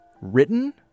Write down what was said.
written